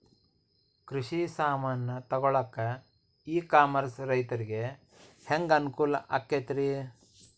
ಕೃಷಿ ಸಾಮಾನ್ ತಗೊಳಕ್ಕ ಇ ಕಾಮರ್ಸ್ ರೈತರಿಗೆ ಹ್ಯಾಂಗ್ ಅನುಕೂಲ ಆಕ್ಕೈತ್ರಿ?